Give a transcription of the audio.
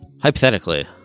Hypothetically